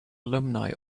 alumni